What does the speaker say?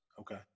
Okay